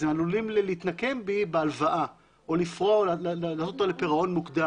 הם עלולים להתנקם בי בהלוואה או להעלות אותה לפירעון מוקדם.